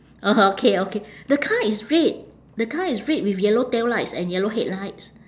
oh okay okay the car is red the car is red with yellow tail lights and yellow headlights